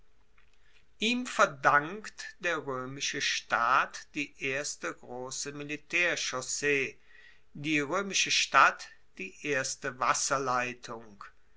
ihm verdankt der roemische staat die erste grosse militaerchaussee die roemische stadt die erste wasserleitung